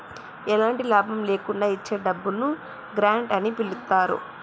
ఎలాంటి లాభం లేకుండా ఇచ్చే డబ్బును గ్రాంట్ అని పిలుత్తారు